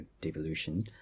devolution